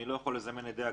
אני לא יכול לזמן עדי הגנה,